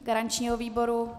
Garančního výboru?